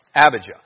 Abijah